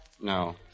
No